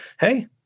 Hey